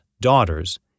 daughters